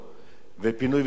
ופינוי ובינוי,